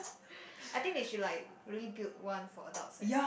I think they should like really build one for adults leh